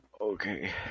Okay